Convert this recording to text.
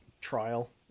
trial